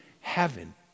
heaven